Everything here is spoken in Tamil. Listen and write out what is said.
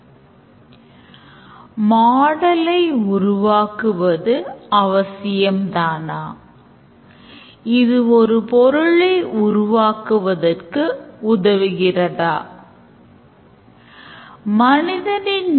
அதே templateஐ நாம் tailor செய்து கொள்ளலாம் ஆனால் முன்னர் நாம் விவாதித்தவை நல்ல நடைமுறைகளாகக் கருதப்படுகின்றன மேலும் பல டெவலப்பர்கள்